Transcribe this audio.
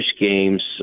games